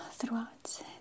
Throughout